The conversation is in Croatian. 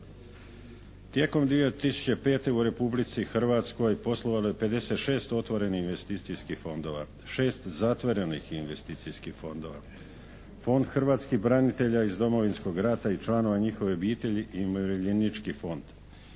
Tijekom 2005. u Republici Hrvatskoj poslovalo je 56 otvorenih investicijskih fondova, 6 zatvorenih investicijskih fondova, Fond hrvatskih branitelja iz Domovinskog rata i članova njihovih obitelji i umirovljenički fond,